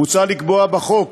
מוצע לקבוע בחוק